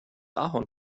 ahorn